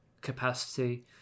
capacity